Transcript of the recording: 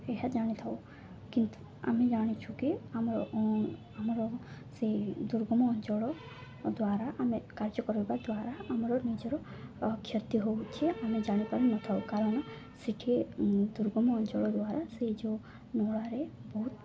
ଏହା ଜାଣିଥାଉ କିନ୍ତୁ ଆମେ ଜାଣିଛୁ କି ଆମର ଆମର ସେଇ ଦୁର୍ଗମ ଅଞ୍ଚଳ ଦ୍ୱାରା ଆମେ କାର୍ଯ୍ୟ କରିବା ଦ୍ୱାରା ଆମର ନିଜର କ୍ଷତି ହଉଛି ଆମେ ଜାଣିପାରି ନ ଥାଉ କାରଣ ସେଠି ଦୁର୍ଗମ ଅଞ୍ଚଳ ଦ୍ୱାରା ସେଇ ଯେଉଁ ନଳାରେ ବହୁତ